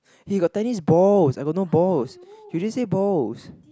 he got tennis balls I got no balls you didn't say balls